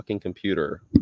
Computer